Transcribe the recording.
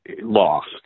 lost